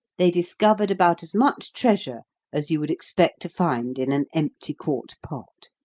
they discovered about as much treasure as you would expect to find in an empty quart-pot.